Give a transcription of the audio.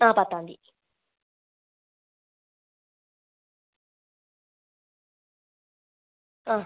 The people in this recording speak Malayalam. ആ പത്താം തീയതി ആ